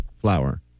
flower